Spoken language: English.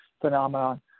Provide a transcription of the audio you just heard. phenomenon